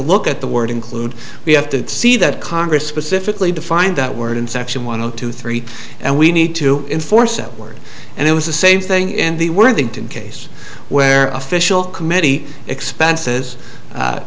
look at the word include we have to see that congress specifically defined that word in section one two three and we need to enforce that word and it was the same thing in the worthington case where official committee expenses